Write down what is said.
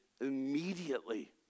immediately